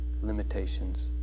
limitations